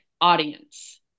audience